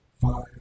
five